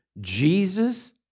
Jesus